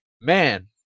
man